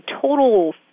total